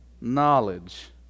knowledge